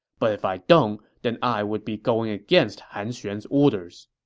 but if i don't, then i would be going against han xuan's orders.